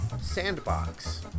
Sandbox